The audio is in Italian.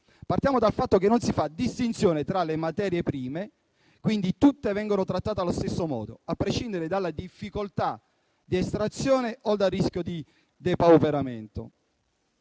Partiamo dal fatto che non si fa distinzione tra le materie prime, quindi tutte vengono trattate allo stesso modo, a prescindere dalla difficoltà di estrazione o dal rischio di depauperamento.